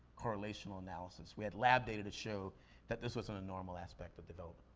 correlational analysis. we had lab data to show that this was an abnormal aspect of development.